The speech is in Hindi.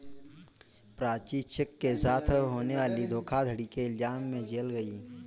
प्राची चेक के साथ होने वाली धोखाधड़ी के इल्जाम में जेल गई